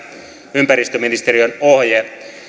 ympäristöministeriön ohje